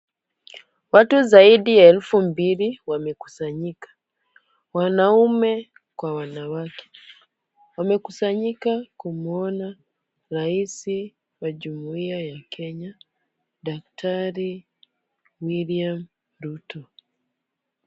Watu zaidi ya 2000 wamekusanyika. Wanaume kwa wanawake. Wamekusanyika kumuona Rais wa Jumuiya ya Kenya, Daktari William Ruto.